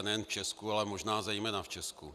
Nejen v Česku, ale možná zejména v Česku.